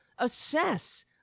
Assess